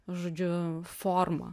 žodžiu forma